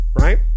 right